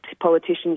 politicians